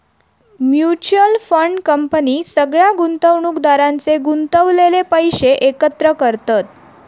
mutual fund company सगळ्या गुंतवणुकदारांचे गुंतवलेले पैशे एकत्र करतत